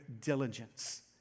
diligence